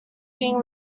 being